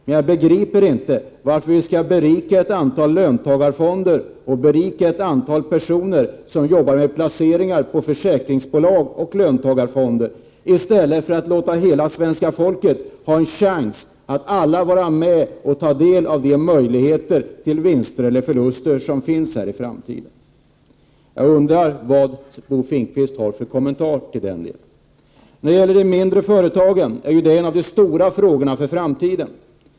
Men jag begriper inte varför vi skall berika ett antal löntagarfonder och ett antal personer som jobbar med placeringar på försäkringsbolag och löntagarfonder, i stället för att låta hela svenska folket ha en chans att vara med och ta del av de möjligheter till vinster eller förluster som finns här i framtiden. Jag undrar vad Bo Finnkvist har för kommentar detta. De mindre företagen är en av de stora frågorna inför framtiden.